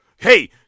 Hey